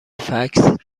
فکس